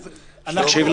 תקשיב,